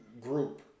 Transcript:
group